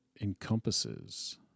encompasses